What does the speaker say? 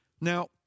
Now